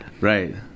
right